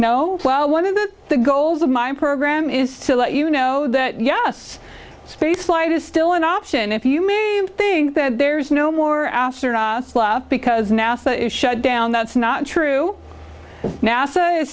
know well one of the goals of my program is to let you know that yes spaceflight is still an option if you think that there's no more because nasa is shut down that's not true nasa i